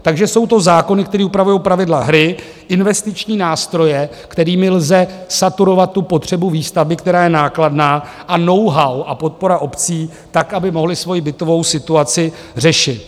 Takže jsou to zákony, které upravují pravidla hry, investiční nástroje, kterými lze saturovat tu potřebu výstavby, která je nákladná, a know how a podpora obcí tak, aby mohly svoji bytovou situaci řešit.